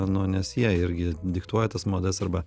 nu nes jie irgi diktuoja tas madas arba